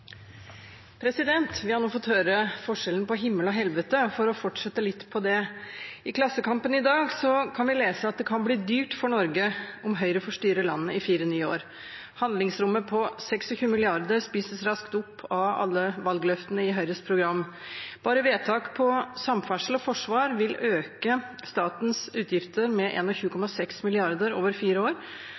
helvete, og for å fortsette litt på det temaet: I Klassekampen i dag kan vi lese at det kan bli dyrt for Norge om Høyre får styre landet i fire nye år. Handlingsrommet på 26 mrd. spises raskt opp av alle valgløftene i Høyres program. Bare vedtak på samferdsel og forsvar vil øke statens utgifter med 21,6 mrd. kr over fire år,